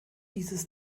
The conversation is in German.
dieses